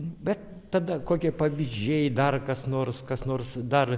bet tada kokie pavyzdžiai dar kas nors kas nors dar